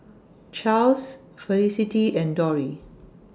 Charls Felicity and Dori